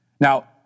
Now